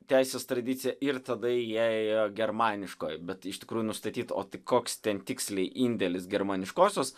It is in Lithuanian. teisės tradicija ir tada į ją įėjo germaniškoji bet iš tikrųjų nustatyti o tai koks ten tiksliai indėlis germaniškosios